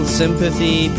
sympathy